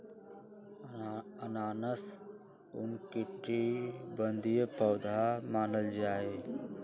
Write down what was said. अनानास उष्णकटिबंधीय पौधा मानल जाहई